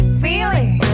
feeling